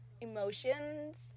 emotions